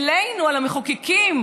אלינו, אל המחוקקים,